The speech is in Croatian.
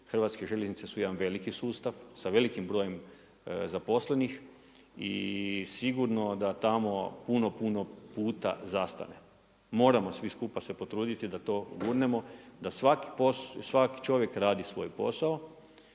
o tome odlučuju. HŽ su jedan veliki sustav, sa velikim brojem, zaposlenih i sigurno da tamo puno puno puta zastane. Moramo svi skupa se potruditi da to gurnemo, da svaki čovjek radi svoj posao,